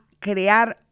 crear